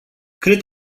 cred